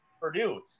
Purdue